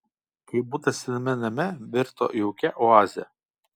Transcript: kaip butas sename name virto jaukia oaze